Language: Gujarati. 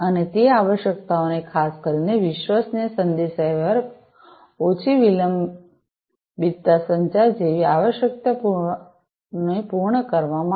અને તે આવશ્યકતાઓને ખાસ કરીને વિશ્વસનીય સંદેશાવ્યવહાર ઓછી વિલંબિતતા સંચાર જેવી આવશ્યકતાઓને પૂર્ણ કરવા માટે